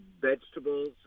vegetables